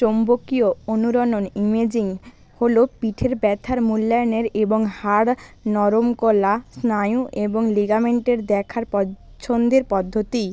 চৌম্বকীয় অনুরণন ইমেজিং হলো পিঠের ব্যথার মূল্যায়নের এবং হাড় আর নরম কলা স্নায়ু এবং লিগামেন্টের দেখার পছন্দের পদ্ধতি